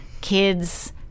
kids